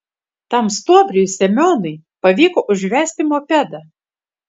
tam stuobriui semionui pavyko užvesti mopedą